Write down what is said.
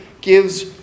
gives